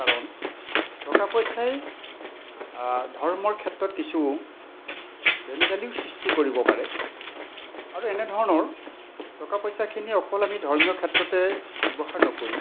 কাৰণ টকা পইচাই ধৰ্মৰ ক্ষেত্ৰত কিছু বেমেজালিও সৃষ্টি কৰিব পাৰে আৰু এনেধৰণৰ টকা পইচাখিনি অকল আমি ধৰ্মীয় ক্ষেত্ৰতে ব্যৱহাৰ নকৰি